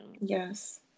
Yes